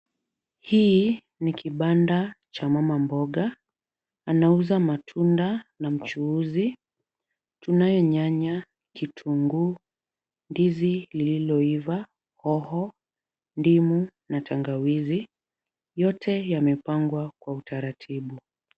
Hii ni kibanda cha mamabmboga. Anauza matunda na mchuuzi. Tunaye nyanya, kitunguu, ndizi lililoiva, hoho, ndimu na tangawizi. Yote yamepangwa kwa utaratibu.